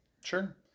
Sure